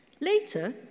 Later